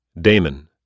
Damon